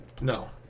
No